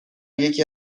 یکی